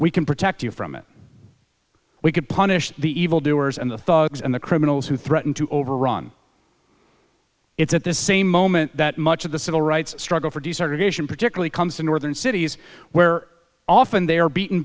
we can protect you from it we could punish the evil doers and the thugs and the criminals who threaten to overrun it's at the same moment that much of the civil rights struggle for desegregation particularly comes to northern cities where often they are beat